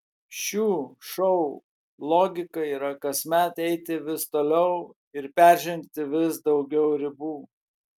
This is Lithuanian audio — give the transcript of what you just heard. šių šou logika yra kasmet eiti vis toliau ir peržengti vis daugiau ribų